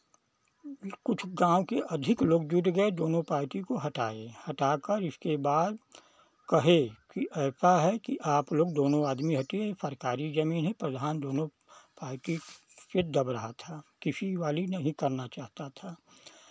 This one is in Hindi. भी कुछ गाँव के अधिक लोग जुट गए दोनों पार्टी को हटाए हटा कर इसके बाद कहे कि ऐसा है कि आपलोग दोनों आदमी हटिए ये सरकारी ज़मीन है प्रधान दोनों पार्टी से दब रहा था किसी वाली नहीं करना चाहता था